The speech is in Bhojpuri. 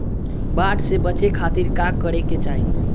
बाढ़ से बचे खातिर का करे के चाहीं?